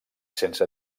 sense